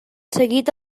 seguit